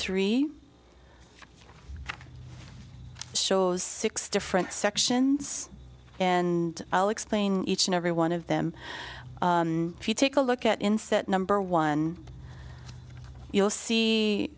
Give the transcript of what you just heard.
three shows six different sections and i'll explain each and every one of them if you take a look at insert number one you'll see